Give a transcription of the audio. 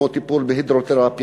כמו טיפול בהידרותרפיה,